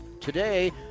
today